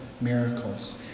miracles